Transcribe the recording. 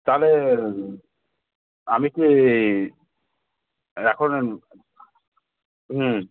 তাহলে আমি কি এখন হুম